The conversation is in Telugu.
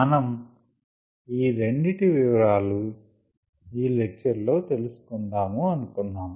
మనం ఈ రెడింటి వివరాలు ఈ లెక్చర్ లో తెలిసికొందాము అనుకొన్నాము